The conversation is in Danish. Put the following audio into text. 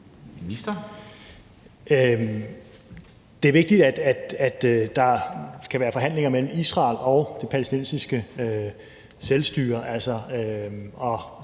Kofod): Det er vigtigt, at der skal være forhandlinger mellem Israel og det palæstinensiske selvstyre, og